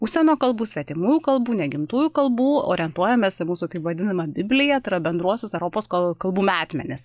užsienio kalbų svetimų kalbų negimtųjų kalbų orientuojamės į mūsų taip vadinamą bibliją tai yra bendruosius europos kal kalbų metmenis